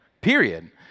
period